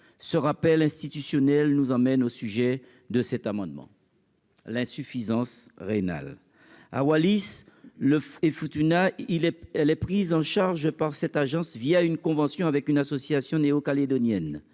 ce rappel institutionnel nous emmène au sujet de cet amendement. L'insuffisance rénale à Wallis le et Futuna, il est, elle est prise en charge par cette agence, via une convention avec une association néo-calédonienne,